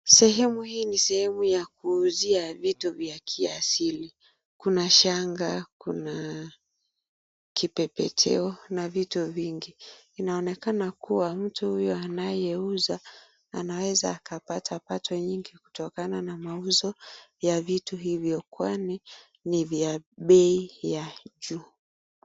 Sehemu hii ni sehemu ya kuuzia vitu vya kiasili. Kuna shanga, kuna kipepeteo na vitu vingi. Inaonekana kuwa mtu huyu anayeuza anaweza akapata pato nyingi kutokana na mauzo ya vitu hivyo kwani ni vya bei ya juu.